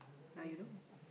now you know